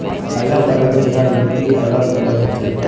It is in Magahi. अलग अलग जगहर मिट्टी अलग अलग हछेक